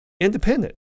Independent